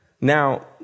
Now